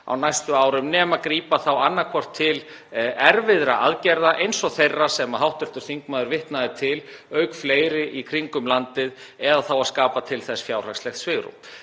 á næstu árum nema grípa þá annaðhvort til erfiðra aðgerða eins og þeirra sem hv. þingmaður vitnaði til, auk fleiri í kringum landið, eða þá að skapa til þess fjárhagslegt svigrúm.